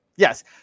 Yes